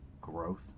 growth